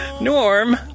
Norm